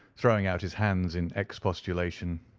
throwing out his hands in expostulation.